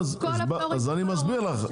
אז אני מסביר לך,